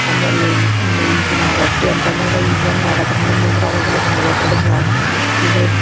ಆಮೇಲೆ ಈಗ ನಾವು ರೊಟ್ಟಿ ಅಂತಂದ್ರೆ ಈಗ ಹೆಂಗೆ ಮಾಡದ್ರು ಮಂದಿ ಅಂದ್ರೆ ಅವಾಗೆಲ್ಲ ಬಡದು ಮಾಡ್ತಿದ್ರು ಈಗ